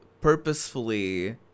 purposefully